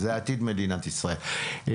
זה עתיד מדינת ישראל.